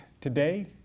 today